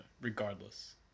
regardless